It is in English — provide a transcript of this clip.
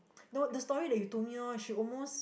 no the story that you told me orh she almost